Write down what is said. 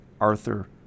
Arthur